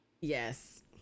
Yes